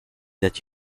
that